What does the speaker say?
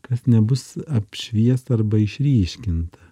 kas nebus apšviesta arba išryškinta